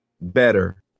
better